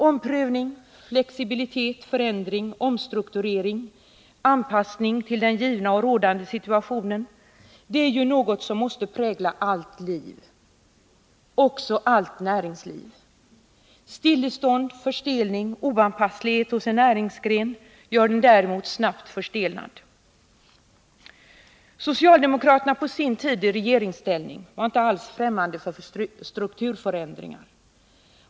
Omprövning, flexibilitet, förändring, omstrukturering, anpassning till den givna och rådande situationen är ju något som måste prägla allt liv, också allt näringsliv. Stillestånd, förstelning, oanpasslighet hos en näringsgren gör den däremot snabbt förstelnad. Socialdemokraterna var på sin tid i regeringsställning inte alls fftämmande för strukturförändringar.